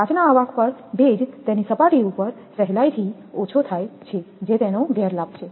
કાચના અવાહક પર ભેજ તેની સપાટી પર સહેલાઇથી ઓછો થાય છે જે તેનો ગેરલાભ છે